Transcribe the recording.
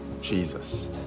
Jesus